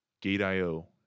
Gate.io